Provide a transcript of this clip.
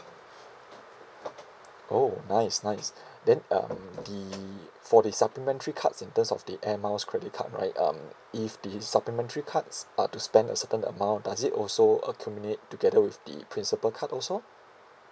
oh nice nice then um the for the supplementary cards in terms of the air miles credit card right um if the supplementary cards are to spend a certain amount does it also accumulate together with the principal card also